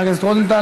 חבר הכנסת רוזנטל,